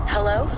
Hello